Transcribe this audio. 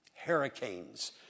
Hurricanes